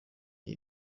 iyi